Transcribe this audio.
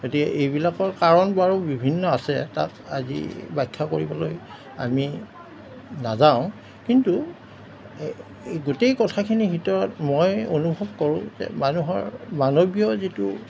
গতিকে এইবিলাকৰ কাৰণ বাৰু বিভিন্ন আছে তাক আজি ব্যাখ্যা কৰিবলৈ আমি নাযাওঁ কিন্তু এই গোটেই কথাখিনিৰ ভিতৰত মই অনুভৱ কৰোঁ যে মানুহৰ মানৱীয় যিটো